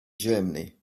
germany